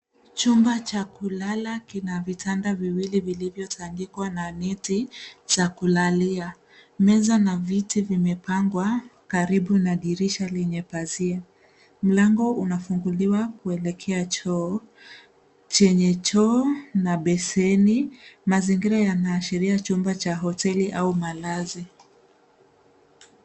Chumba cha kulala kina vitanda viwili vilivyotandikwa na neti za kulalia. Meza na viti vimepangwa karibu na dirisha lenye pazia. Mlango unafunguliwa kuelekea choo chenye choo na beseni . Mazingira yanaashiria chumba cha hoteli au malazi.